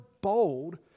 bold